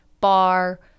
bar